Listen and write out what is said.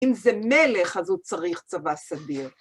אם זה מלך, אז הוא צריך צבא סביר.